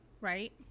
right